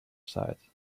side